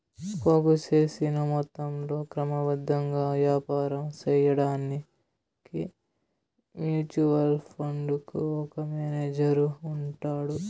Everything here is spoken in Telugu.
పోగు సేసిన మొత్తంలో క్రమబద్ధంగా యాపారం సేయడాన్కి మ్యూచువల్ ఫండుకు ఒక మేనేజరు ఉంటాడు